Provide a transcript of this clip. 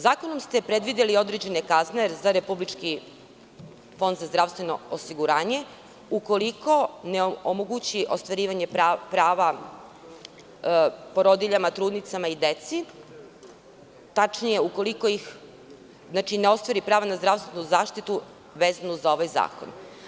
Zakonom ste predvideli određene kazne za Republički fond za zdravstveno osiguranje, ukoliko ne omogući ostvarivanje prava porodiljama, trudnicama i deci, tačnije ukoliko ne ostvari prava na zdravstvenu zaštitu vezanu za ovaj zakon.